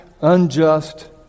unjust